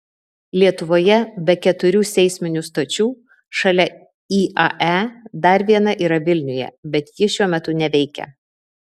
lietuvoje be keturių seisminių stočių šalia iae dar viena yra vilniuje bet ji šiuo metu neveikia